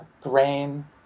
grain